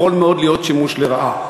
יכול מאוד להיות שימוש לרעה.